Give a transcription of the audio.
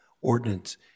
ordinance